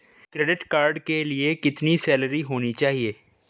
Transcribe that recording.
Credit card के लिए कितनी सैलरी होनी चाहिए?